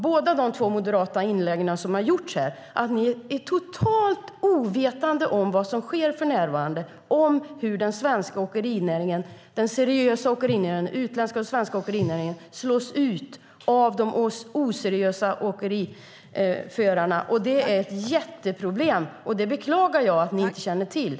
Båda de moderata inläggen som har gjorts här visar att ni är totalt ovetande om vad som sker för närvarande, om hur de seriösa svenska och utländska åkerierna slås ut av de oseriösa åkerierna. Det är ett jätteproblem, och det beklagar jag att ni inte känner till.